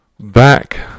back